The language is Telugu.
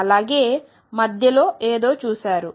అలాగే మధ్యలో ఏదో చూశారు